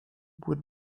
would